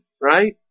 right